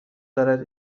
دارد